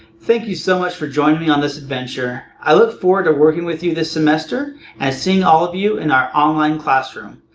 thank you so much for joining me on this adventure! i look forward to working with you this semester and seeing all of you in our online classroom!